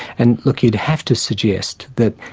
and like you'd have to suggest that,